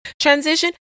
transition